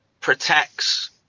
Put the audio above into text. protects